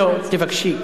לא, תבקשי.